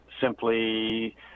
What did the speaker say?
simply